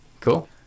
Cool